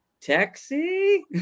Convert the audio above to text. taxi